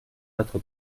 notre